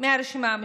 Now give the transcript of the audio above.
מהרשימה המשותפת,